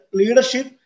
leadership